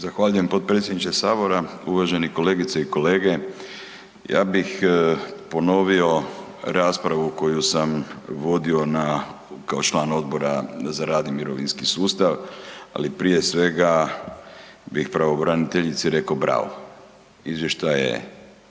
Zahvaljujem potpredsjedniče Sabora. Uvažene kolegice i kolege. Ja bih ponovio raspravu koju sam vodio kao član Odbora za rad i mirovinski sustav ali prije svega bih pravobraniteljici rekao „bravo“, izvještaj je